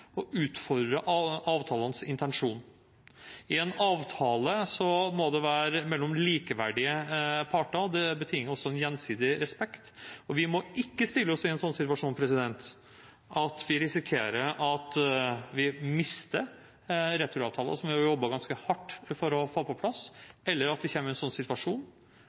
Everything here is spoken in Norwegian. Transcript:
å utfordre avtalenes intensjon. En avtale må være mellom likeverdige parter, og det betinger en gjensidig respekt. Vi må ikke sette oss i en slik situasjon at vi risikerer at vi mister returavtaler, som vi har jobbet ganske hardt for å få på plass, eller at vi kommer i en slik situasjon